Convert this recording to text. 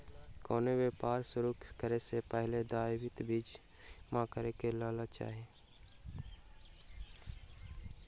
कोनो व्यापार शुरू करै सॅ पहिने दायित्व बीमा करा लेबाक चाही